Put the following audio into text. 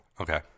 Okay